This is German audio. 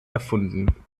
erfunden